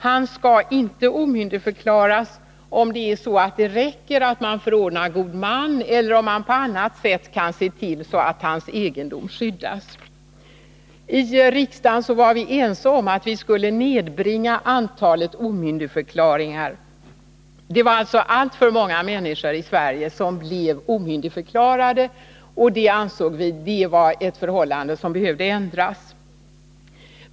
Han skall inte omyndigförklaras om det räcker att man förordnar god man eller om man på annat sätt kan se till att hans egendom skyddas. I riksdagen var vi ense om att vi skulle nedbringa antalet omyndigförklaringar. Alltför många människor i Sverige blev omyndigförklarade, och det var — ansåg vi — ett förhållande som behövde ändras.